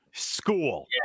school